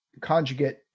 conjugate